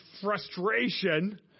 frustration